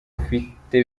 ufite